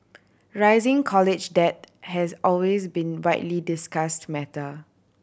rising college debt has always been widely discussed matter